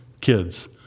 kids